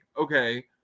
okay